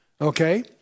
Okay